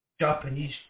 Japanese